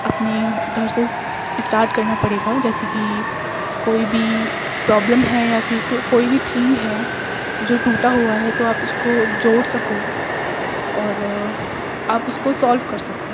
اپنی گھر سے اسٹارٹ کرنا پڑے گا جیسے کہ کوئی بھی پرابلم ہے یا پھر کوئی بھی تھنگ ہے جو ٹوٹا ہوا ہے تو آپ اس کو جوڑ سکو اور آپ اس کو سولو کر سکو